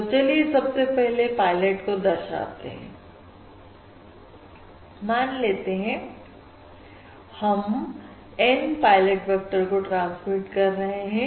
तो चलिए सबसे पहले पायलट को दर्शाते हैं मान लेते हैं कि हम N पायलट वेक्टर को ट्रांसमिट कर रहे हैं